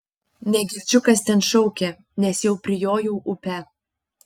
negirdžiu kas ten šaukia nes jau prijojau upę